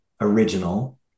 original